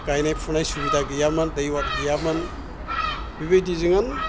गायनाय फुनाय सुबिदा गैयामोन दै अर गैयामोन बिबायदि जोङो